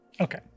Okay